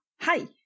hi